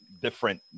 different